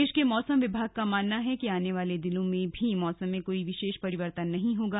प्रदेश के मौसम विभाग का मानना है कि आने वाले दिनों में भी मौसम में कोई विशेष परिवर्तन नही होगा